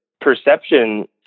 perception